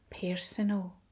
personal